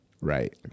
Right